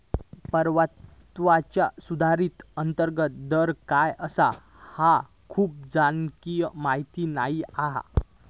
परताव्याचा सुधारित अंतर्गत दर काय आसा ह्या खूप जणांका माहीत नाय हा